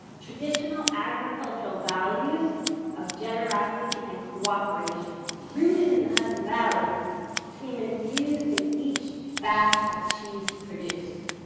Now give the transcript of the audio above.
traditional agricultural values of generosity and cooperation rooted in the hudson valley seem infused in each batch of cheese produced.